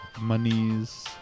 monies